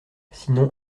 sinon